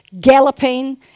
galloping